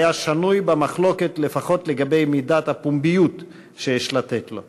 והוא היה שנוי במחלוקת לפחות לגבי מידת הפומביות שיש לתת לו.